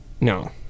No